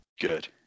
Good